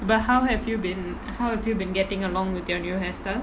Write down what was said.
but how have you been how have you been getting along with your new hairstyle